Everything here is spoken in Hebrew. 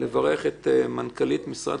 את מנכ"לית משרד